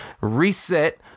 reset